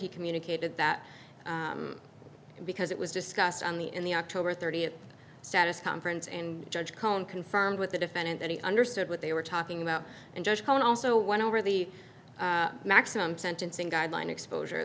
he communicated that because it was discussed on the in the october th status conference and judge cohen confirmed with the defendant that he understood what they were talking about and judge cohen also went over the maximum sentencing guideline exposure